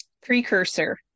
precursor